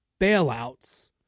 bailouts